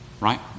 Right